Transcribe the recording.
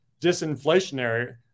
disinflationary